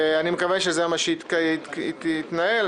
אני מקווה שכך זה יתנהל.